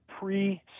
pre